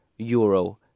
euro